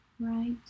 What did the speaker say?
Right